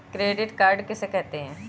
Credit card किसे कहते हैं?